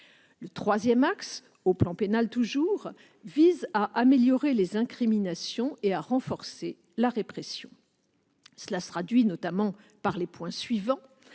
Le troisième axe, toujours sur le plan pénal, vise à améliorer les incriminations et à renforcer la répression. Cela se traduit notamment par les points suivants.